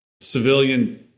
civilian